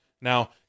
Now